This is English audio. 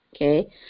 okay